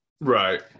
right